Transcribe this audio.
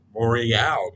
Morial